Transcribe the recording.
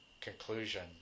conclusion